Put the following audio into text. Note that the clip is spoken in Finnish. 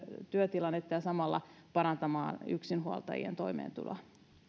työtilannetta ja samalla yksinhuoltajien toimeentuloa